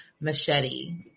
Machete